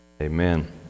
Amen